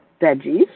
veggies